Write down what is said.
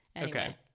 Okay